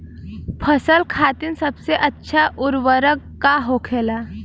फसल खातीन सबसे अच्छा उर्वरक का होखेला?